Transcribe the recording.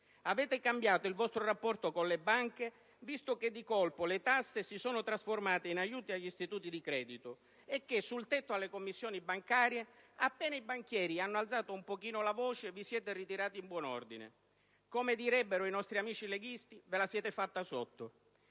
Avete cambiato il vostro rapporto con le banche, visto che, di colpo, le tasse si sono trasformate in aiuti agli istituti di credito e che, sul tetto alle commissioni bancarie, appena i banchieri hanno alzato un pochino la voce vi siete ritirati in buon ordine. Come direbbero i nostri amici leghisti: ve la siete fatta sotto!